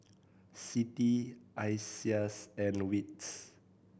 CITI ISEAS and wits